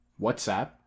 WhatsApp